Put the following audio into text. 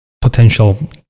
potential